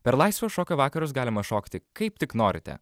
per laisvo šokio vakarus galima šokti kaip tik norite